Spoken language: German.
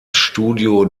studio